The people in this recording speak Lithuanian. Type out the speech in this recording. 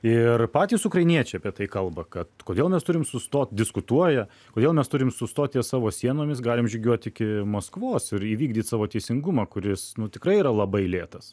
ir patys ukrainiečiai apie tai kalba kad kodėl mes turim sustot diskutuoja kodėl mes turime sustot ties savo sienomis galime žygiuot iki maskvos ir įvykdyti savo teisingumą kuris tikrai yra labai lėtas